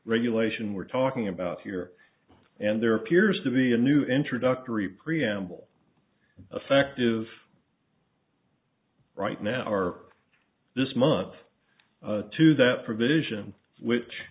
regulation we're talking about here and there appears to be a new introductory preamble affective right now are this month to that provision which